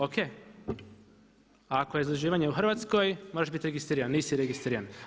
Ok, ako je zaduživanje u Hrvatskoj moraš bit registriran, nisi registriran.